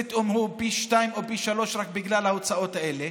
פתאום הוא פי שניים או פי שלושה רק בגלל ההוצאות האלה,